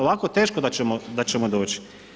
Ovako teško da ćemo doći.